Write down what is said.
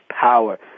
power